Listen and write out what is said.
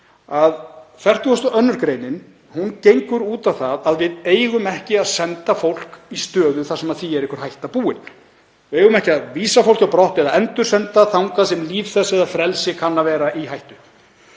og lögunum sjálfum gengur 42. gr. út á það að við eigum ekki að senda fólk í stöðu þar sem því er einhver hætta búin. Við eigum ekki að vísa fólki á brott eða endursenda þangað sem líf þess eða frelsi kann að vera í hættu.